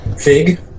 Fig